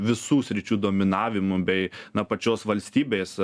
visų sričių dominavimu bei na pačios valstybės